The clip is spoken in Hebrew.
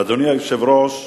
אדוני היושב-ראש,